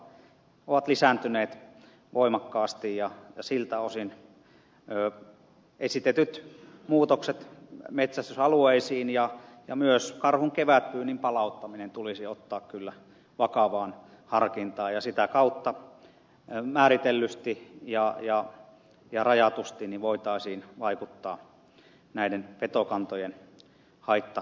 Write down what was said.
karhukannat ovat lisääntyneet voimakkaasti ja siltä osin esitetyt muutokset metsästysalueisiin ja myös karhun kevätpyynnin palauttaminen tulisi ottaa kyllä vakavaan harkintaan ja sitä kautta määritellysti ja rajatusti voitaisiin vaikuttaa näiden petokantojen haittavaikutuksiin